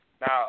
now –